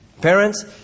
Parents